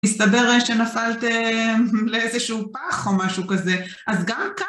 מסתבר שנפלתם לאיזשהו פח או משהו כזה אז גם כאן